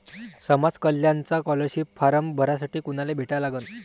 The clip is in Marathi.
समाज कल्याणचा स्कॉलरशिप फारम भरासाठी कुनाले भेटा लागन?